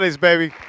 Baby